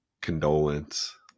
condolence